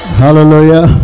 Hallelujah